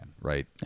right